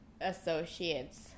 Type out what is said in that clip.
associates